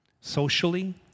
socially